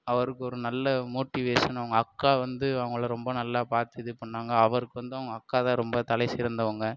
அவருக்கு ஒரு நல்ல மோட்டிவேஷன் அவங்க அக்கா வந்து அவங்கள ரொம்ப நல்லா பார்த்து இது பண்ணாங்க அவருக்கு வந்து அவங்க அக்கா தான் ரொம்ப தலை சிறந்தவங்க